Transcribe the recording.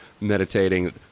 meditating